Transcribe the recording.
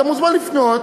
אתה מוזמן לפנות,